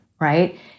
right